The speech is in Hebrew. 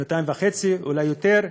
שנתיים וחצי, אולי יותר,